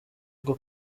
bwo